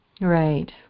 Right